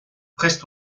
prest